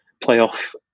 playoff